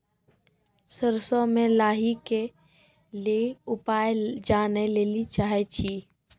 सरसों मे लाही के ली उपाय जाने लैली चाहे छी?